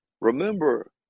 remember